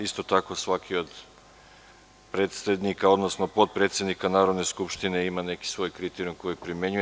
Isto tako, svaki od predsednika, odnosno potpredsednika Narodne skupštine ima neki svoj kriterijum koji primenjuje.